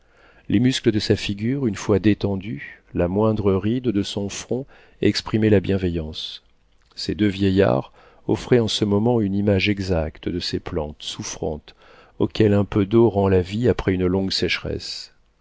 les muscles de sa figure une fois détendus la moindre ride de son front exprimait la bienveillance ces deux vieillards offraient en ce moment une image exacte de ces plantes souffrantes auxquelles un peu d'eau rend la vie après une longue sécheresse